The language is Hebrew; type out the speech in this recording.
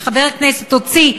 שחבר כנסת הוציא,